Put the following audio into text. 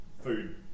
food